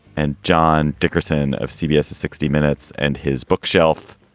and john dickerson of cbs sixty minutes and his bookshelf